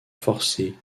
forcée